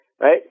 right